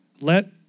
let